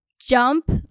Jump